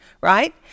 right